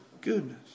goodness